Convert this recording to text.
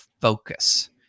focus